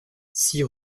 six